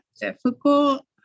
difficult